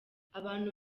abantu